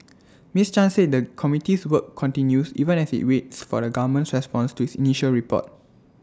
miss chan said the committee's work continues even as IT waits for the government's response to its initial report